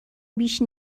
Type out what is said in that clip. بیش